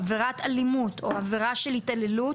עבירת אלימות או עבירה של התעללות,